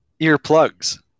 earplugs